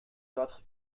quatre